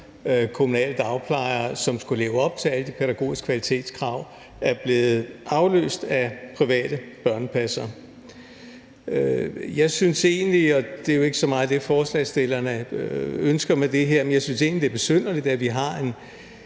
kommunale dagplejere, som skulle leve op til alle de pædagogiske kvalitetskrav, er blevet afløst af private børnepassere. Jeg synes egentlig – og det er jo ikke så meget det, forslagsstillerne ønsker med det her – at det er besynderligt, at vi har